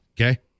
Okay